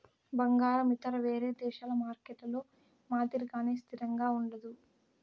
బంగారం ఇతర వేరే దేశాల మార్కెట్లలో మాదిరిగానే స్థిరంగా ఉండదు